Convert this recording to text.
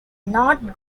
not